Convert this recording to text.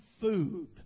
food